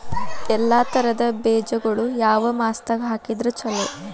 ಎಲ್ಲಾ ತರದ ಬೇಜಗೊಳು ಯಾವ ಮಾಸದಾಗ್ ಹಾಕಿದ್ರ ಛಲೋ?